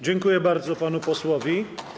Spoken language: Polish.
Dziękuję bardzo panu posłowi.